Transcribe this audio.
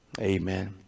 Amen